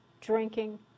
drinking